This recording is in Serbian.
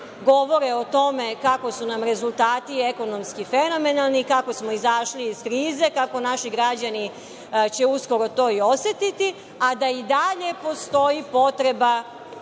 govore o tome kako su nam rezultati ekonomski fenomenalni i kako smo izašli iz krize, kako naši građani će uskoro to i osetiti, a da i dalje postoji potreba